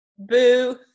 Boo